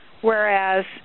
whereas